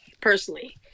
personally